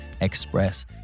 express